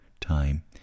time